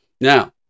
Now